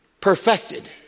perfected